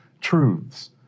truths